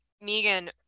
megan